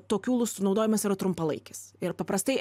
tokių lustų naudojimas yra trumpalaikis ir paprastai